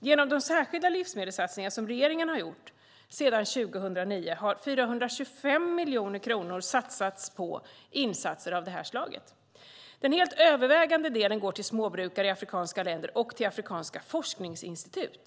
Genom de särskilda livsmedelssatsningar som regeringen har gjort sedan 2009 har 425 miljoner kronor satsats på insatser av det här slaget. Den helt övervägande delen går till småbrukare i afrikanska länder och till afrikanska forskningsinstitut.